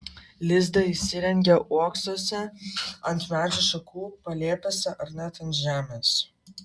lizdą įsirengia uoksuose ant medžių šakų palėpėse ar net ant žemės